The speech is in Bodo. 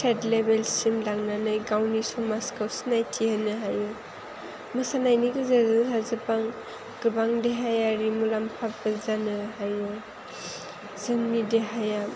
स्टेट लेभेलसिम लांनानै गावनि समाजखौ सिनायथि होनो हायो मोसानायनि गेजेरजों जोंहा गोबां देहायारि मुलामफाबो जानो हायो जोंनि देहाया